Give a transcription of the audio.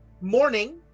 morning